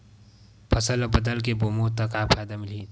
फसल ल बदल के बोबो त फ़ायदा मिलही?